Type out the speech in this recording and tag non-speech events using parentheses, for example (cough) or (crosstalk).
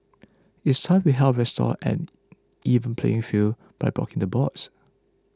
(noise) it's time we help restore an even playing field by blocking the bots